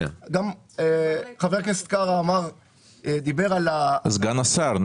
חבר הכנסת קארה דיבר --- סגן השר.